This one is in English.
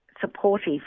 supportive